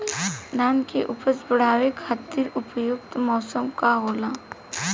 धान के उपज बढ़ावे खातिर उपयुक्त मौसम का होला?